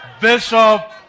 Bishop